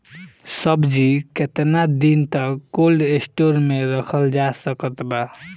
सब्जी केतना दिन तक कोल्ड स्टोर मे रखल जा सकत बा?